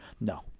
no